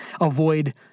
avoid